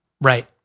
Right